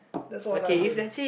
that's what I do